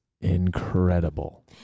incredible